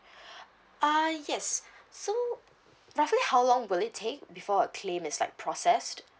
uh yes so roughly how long will it take before a claim is like processed